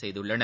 செய்துள்ளனர்